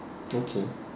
okay